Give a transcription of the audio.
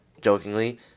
jokingly